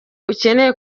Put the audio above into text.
ukeneye